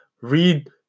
read